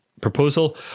proposal